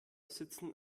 sitzen